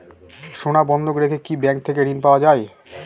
সোনা বন্ধক রেখে কি ব্যাংক থেকে ঋণ পাওয়া য়ায়?